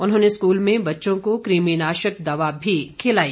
उन्होंने स्कूल में बच्चों को कृमि नाशक दवा भी खिलाई